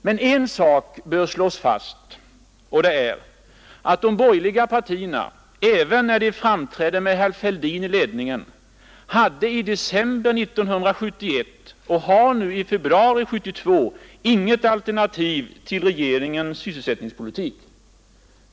Men en sak bör slås fast, och det är att de borgerliga partierna — även när de framträder med herr Fälldin i ledningen — hade inte i december 1971 och har inte nu i februari 1972 något alternativ till regeringens sysselsättningspolitik.